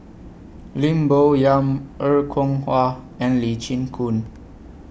Lim Bo Yam Er Kwong Wah and Lee Chin Koon